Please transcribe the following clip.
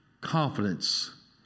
confidence